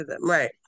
Right